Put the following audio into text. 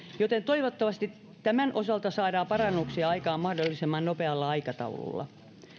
joten toivottavasti tämän osalta saadaan parannuksia aikaan mahdollisimman nopealla aikataululla